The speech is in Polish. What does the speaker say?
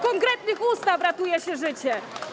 Konkretnymi ustawami ratuje się życie.